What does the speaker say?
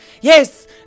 Yes